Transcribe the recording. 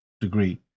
degree